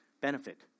benefit